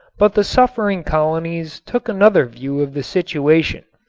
but the suffering colonies took another view of the situation.